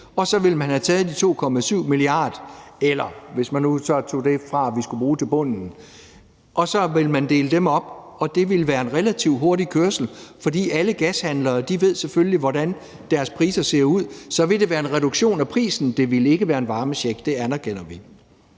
Så ville man have taget de 2,7 mia. kr. eller – hvis man nu så tog det fra, vi skulle bruge til bunden – og så ville man dele dem op. Og det ville være en relativt hurtig kørsel, for alle gashandlere ved selvfølgelig, hvordan deres priser ser ud. Så ville det være en reduktion af prisen; det ville ikke være en varmecheck. Det anerkender vi.